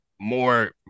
more